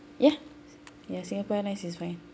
ya ya singapore airline is fine